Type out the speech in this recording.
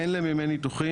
אין להם ימי ניתוחים.